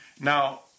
Now